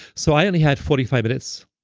so i only had forty five minutes,